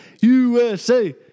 USA